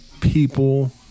people